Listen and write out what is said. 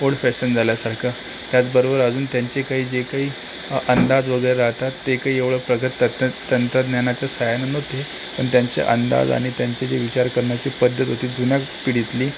old fashion झाल्यासारखं त्याचबरोबर अजून त्यांचे काही जे काही अंदाज वगैरे राहतात ते काही एवढं प्रगत तत्र तंत्रज्ञानाच्या साह्याने नव्हते पण त्यांचे अंदाज आणि त्यांची जे विचार करण्याची पद्धत होती जुन्या पिढीतली